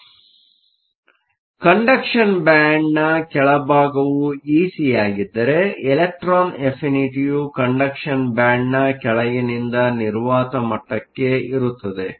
ಆದ್ದರಿಂದ ಕಂಡಕ್ಷನ್ ಬ್ಯಾಂಡ್ನ ಕೆಳಭಾಗವು Ec ಆಗಿದ್ದರೆ ಇಲೆಕ್ಟ್ರಾನ್ ಅಫಿನಿಟಿಯು ಕಂಡಕ್ಷನ್ ಬ್ಯಾಂಡ್ನ ಕೆಳಗಿನಿಂದ ನಿರ್ವಾತ ಮಟ್ಟಕ್ಕೆ ಇರುತ್ತದೆ